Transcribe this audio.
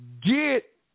get